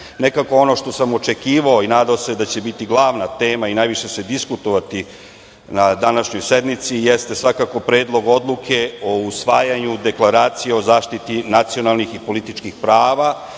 tačaka. Ono što sam očekivao i nadao se da će biti glavna tema i najviše se diskutovati na današnjoj sednici jeste svakako Predlog odluke o usvajanju Deklaracije o zaštiti nacionalnih i političkih prava